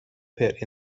pit